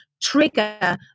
trigger